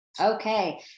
Okay